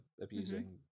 abusing